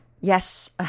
Yes